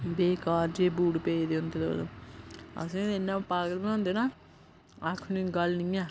बेकार जेह् बूट भेजदे होंदे तुस असें ते इन्ना पागल बनांदे ना आक्खने दी गल्ल नी ऐ